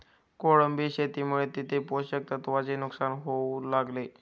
कोळंबी शेतीमुळे तिथे पोषक तत्वांचे नुकसान होऊ लागले